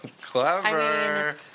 Clever